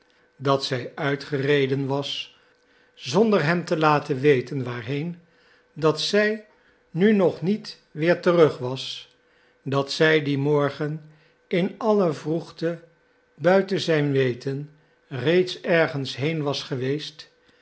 dat zij uitgereden was zonder hem te laten weten waarheen dat zij nu nog niet weer terug was dat zij dien morgen in alle vroegte buiten zijn weten reeds ergens heen was geweest